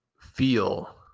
feel